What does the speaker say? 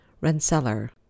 Rensselaer